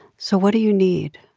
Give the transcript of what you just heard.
so what do you need?